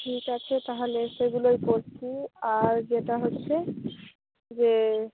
ঠিক আছে তাহলে সেগুলোই করছি আর যেটা হচ্ছে যে